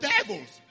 Devils